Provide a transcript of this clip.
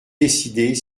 décider